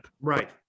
Right